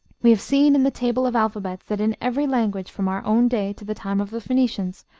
we have seen in the table of alphabets that in every language, from our own day to the time of the phoenicians,